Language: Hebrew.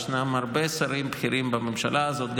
ישנם הרבה שרים בכירים בממשלה הזאת,